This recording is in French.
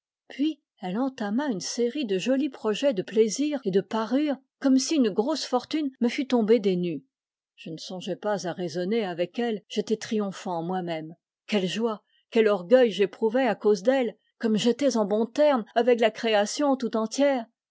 puis elle entama une série de jolis projets de plaisir et de parures comme si une grosse fortune me fût tombée des nues je ne songeais pas à raisonner avec elle j'étais triomphant moi-même quelle joie quel orgueil j'éprouvais à cause d'elle comme j'étais en bons termes avec la création tout entière